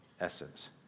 essence